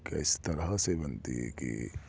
کہ اس طرح سے بنتی ہے کہ